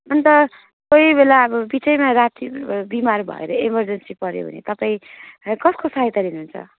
अन्त कोही बेला अब बिचैमा राति बिमार भएर इमर्जेन्सी पऱ्यो भने तपाईँ है कसको सहायता लिनुहुन्छ